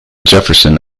jefferson